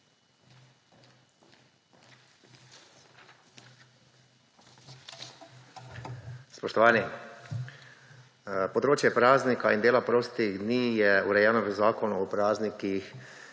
Spoštovani! Področje praznikov in dela prostih dni je urejeno v Zakonu o praznikih